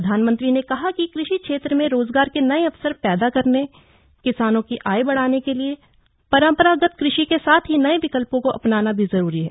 प्रधानमंत्री ने कहा कि कृषि क्षेत्र में रोजगार के नये अवसर पैदा करने किसानों की आय बढ़ाने के लिए परंपरागत कृषि के साथ ही नये विकल्पों को अपनाना भी जरूरी है